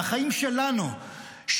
מהחיים שלנו,